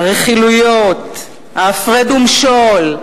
הרכילויות, ה"הפרד ומשול",